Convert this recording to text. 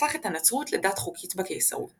שהפך את הנצרות לדת חוקית בקיסרות.